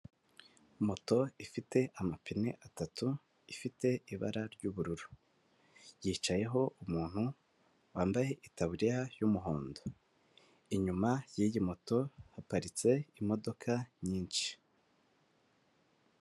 Moto ifite amapine atatu ifite ibara ry'ubururu yicayeho umuntu wambaye itaburiya y'umuhondo inyuma yiyi moto haparitse imodoka nyinshi.